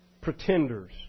Pretenders